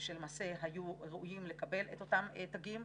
שלמעשה היו ראויים לקבל את אותם תגים.